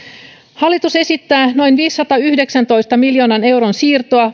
hallitus esittää noin viidensadanyhdeksäntoista miljoonan euron siirtoa